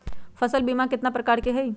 फसल बीमा कतना प्रकार के हई?